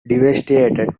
devastated